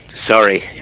Sorry